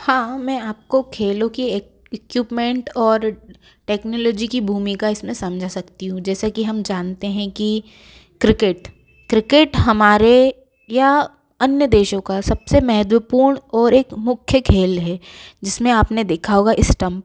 हाँ मैं आपको खेलों कि एक इक्युप्मेंट और टेक्नोलोजी की भूमिका इसमें समझा सकती हूँ जैसे कि हम जानते हैं कि क्रिकेट क्रिकेट हमारे या अन्य देशों का सबसे महत्वपूर्ण और एक मुख्य खेल है जिसमें आपने देखा होगा स्टम्प